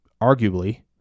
arguably